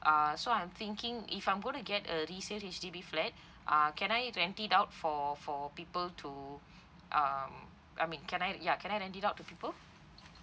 uh so I'm thinking if I'm gonna get a resale H_D_B flat uh can I rent it out for for people to um I mean can I ya can I rent it out to people